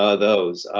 ah those.